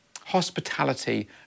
Hospitality